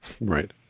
Right